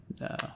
No